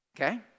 Okay